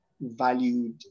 valued